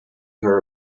her